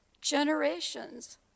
generations